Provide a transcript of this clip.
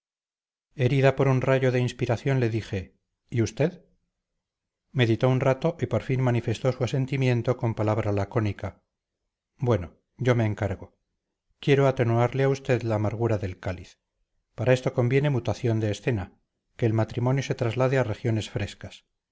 herida por un rayo de inspiración le dije y usted meditó un rato y por fin manifestó su asentimiento con palabra lacónica bueno yo me encargo quiero atenuarle a usted la amargura del cáliz para esto conviene mutación de escena que el matrimonio se traslade a regiones frescas